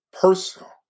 personal